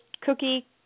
cookie